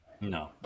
no